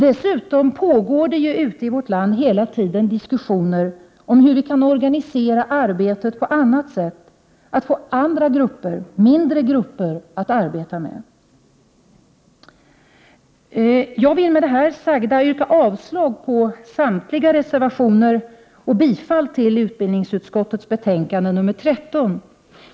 Dessutom pågår det ju ute i vårt land hela tiden diskussioner om hur vi kan organisera arbetet på annat sätt och få mindre grupper att arbeta med. Jag vill med det sagda yrka avslag på samtliga reservationer och bifall till hemställan i utbildningsutskottets betänkande 13.